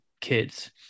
kids